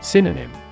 Synonym